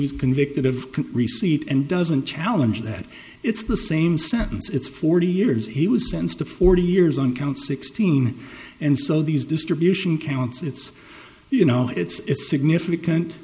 was convicted of receipt and doesn't challenge that it's the same sentence it's forty years he was sentenced to forty years on count sixteen and so these distribution counts it's you know it's significant